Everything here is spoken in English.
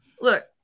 Look